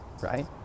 right